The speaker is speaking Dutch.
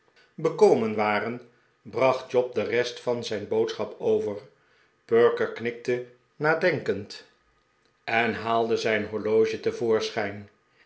bekomen waren bracht job de rest van zijn boodschap over perker knikte nadenkend en haalde zijn horloge